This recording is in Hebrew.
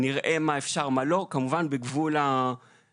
נראה מה אפשר ומה לא כמובן בגבול החוק.